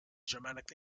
germanic